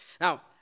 Now